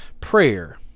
prayer